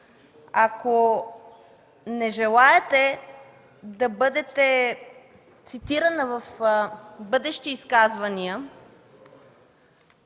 ако не желаете да бъдете цитирана в бъдещи изказвания,